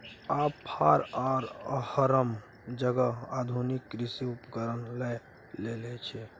आब फार आ हरक जगह आधुनिक कृषि उपकरण लए लेने छै